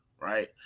right